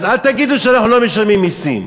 אז אל תגידו שאנחנו לא משלמים מסים,